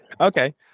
Okay